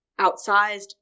outsized